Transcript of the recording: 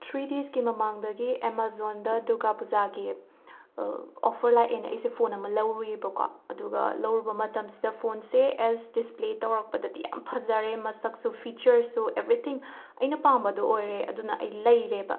three ꯗꯦꯁꯀꯤ ꯃꯃꯥꯡꯗꯒꯤ ꯑꯦꯃꯥꯖꯣꯟꯗ ꯗꯨꯔꯒꯥ ꯄꯨꯖꯥꯒꯤ ꯑꯣꯐꯔ ꯂꯥꯛꯑꯦꯅ ꯑꯩꯁꯦ ꯐꯣꯟ ꯑꯃ ꯂꯧꯔꯨꯏꯕꯀꯣ ꯑꯗꯨꯒ ꯂꯧꯔꯨꯕ ꯃꯇꯝꯁꯤꯗ ꯐꯣꯟꯁꯦ ꯑꯦꯁ ꯗꯤꯁꯄ꯭ꯂꯦ ꯇꯧꯔꯛꯄꯗꯗꯤ ꯌꯥꯝ ꯐꯖꯔꯦ ꯃꯁꯛꯁꯨ ꯐꯤꯆꯔꯁꯨ ꯑꯦꯕ꯭ꯔꯤꯊꯤꯡ ꯑꯩꯅ ꯄꯥꯝꯕꯗꯣ ꯑꯣꯏꯔꯦ ꯑꯗꯨꯅ ꯑꯩ ꯂꯩꯔꯦꯕ